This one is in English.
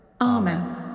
Amen